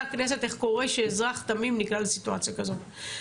הכנסת איך קורה שאזרח תמים נקלע לסיטואציה כזו.